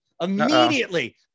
immediately